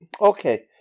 okay